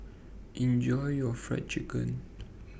Enjoy your Fried Chicken